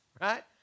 right